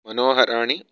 मनोहराणि